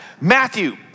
Matthew